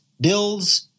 Bills